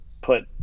put